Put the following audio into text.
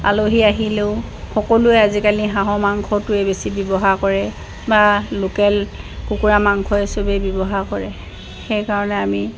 আলহী আহিলেও সকলোৱে আজিকালি হাঁহৰ মাংসটোৱে বেছি ব্যৱহাৰ কৰে বা লোকেল কুকুৰা মাংসই চবেই ব্যৱহাৰ কৰে সেইকাৰণে আমি